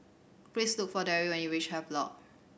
please look for Dabney when you reach Havelock